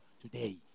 today